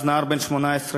אז נער בן 18,